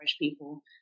people